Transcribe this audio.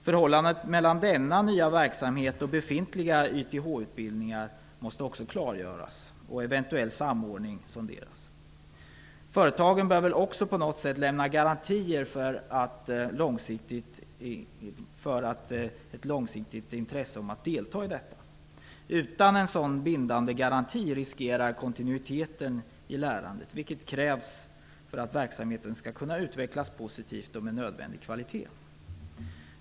Förhållandet mellan denna nya verksamhet och befintliga YTH-utbildningar måste också klargöras och eventuell samordning sonderas. Företagen bör på något sätt lämna garantier för ett långsiktigt intresse för att delta i detta. Utan en sådan bindande garanti riskerar kontinuiteten i lärandet, vilket krävs för att verksamheten skall kunna utvecklas positivt och med nödvändig kvalitet.